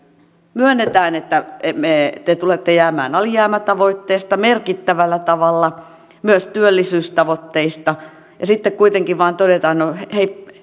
myönnetään että te te tulette jäämään alijäämätavoitteesta merkittävällä tavalla myös työllisyystavoitteista ja sitten kuitenkin vain todetaan no hei